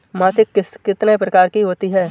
मासिक किश्त कितने प्रकार की होती है?